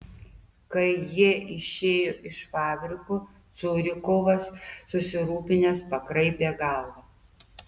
kai jie išėjo iš fabriko curikovas susirūpinęs pakraipė galva